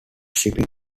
shipping